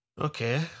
Okay